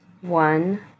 one